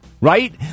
Right